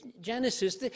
genesis